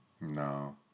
No